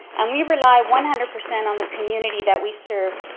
and we rely one hundred percent on the community that we serve.